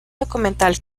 documental